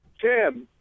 tim